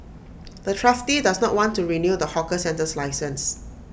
the trustee does not want to renew the hawker centre's license